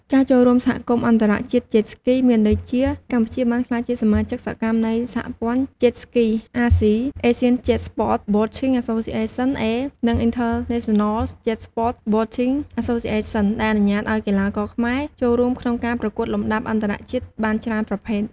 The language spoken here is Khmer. ការចូលរួមសហគមន៍អន្តរជាតិ Jet Ski មានដូចជាកម្ពុជាបានក្លាយជាសមាជិកសកម្មនៃសហព័ន្ធ Jet Ski អាស៊ី Asian Jet Sports Boating Association A និង International Jet Sports Boating Association ដែលអនុញ្ញាតឲ្យកីឡាករខ្មែរចូលរួមក្នុងការប្រកួតលំដាប់អន្តរជាតិបានច្រើនប្រភេទ។